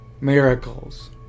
miracles